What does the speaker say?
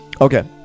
Okay